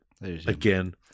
again